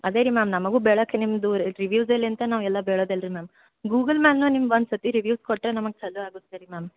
ಅದೇ ರೀ ಮ್ಯಾಮ್ ನಮಗೂ ಬೇಳಾಕೆ ನಿಮ್ಮದು ರಿವ್ಯೂಸ್ ಹೇಳಲಿ ಅಂತ ನಾವೆಲ್ಲಾ ಬೇಳದ್ ಅಲ್ರೀ ಮ್ಯಾಮ್ ಗೂಗಲ್ನಾಗ ನಿಮ್ದು ಒಂದು ಸರ್ತಿ ರಿವ್ಯೂಸ್ ಕೊಟ್ಟರೆ ನಮಗೆ ಛಲೋ ಆಗುತ್ತೆ ರೀ ಮ್ಯಾಮ್